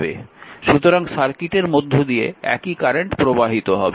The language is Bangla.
সুতরাং সার্কিটের মধ্য দিয়ে একই কারেন্ট প্রবাহিত হবে